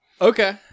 Okay